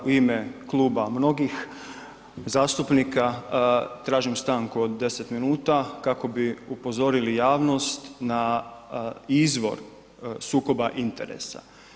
U ime kluba mnogih zastupnika tražim stanku od 10 minuta kako bi upozorili javnost na izvor sukoba interesa.